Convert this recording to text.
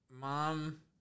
mom